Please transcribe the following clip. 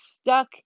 stuck